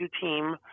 team